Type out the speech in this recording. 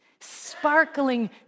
sparkling